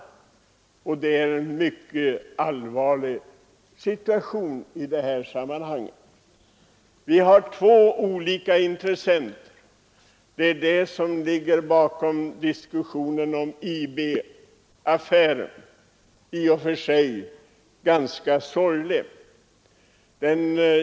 Det är en mycket allvarlig situation i detta sammanhang. Det finns två olika intressenter. Detta ligger bakom diskussionen om IB-affären, i och för sig ganska sorglig.